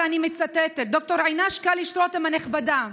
ואני מצטטת: "ד"ר עינת קליש-רותם הנכבדה,